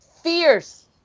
Fierce